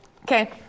Okay